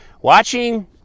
watching